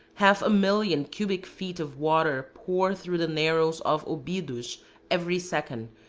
half a million cubic feet of water pour through the narrows of obidos every second,